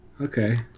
okay